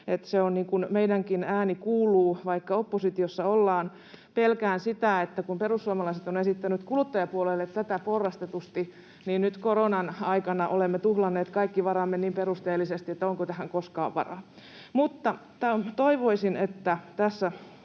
meidänkin ääni kuuluu, vaikka oppositiossa ollaan. Pelkään sitä, että kun perussuomalaiset on esittänyt kuluttajapuolelle tätä porrastetusti, niin nyt koronan aikana olemme tuhlanneet kaikki varamme niin perusteellisesti, että onko tähän koskaan varaa. Mutta toivoisin, että tässä